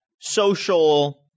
social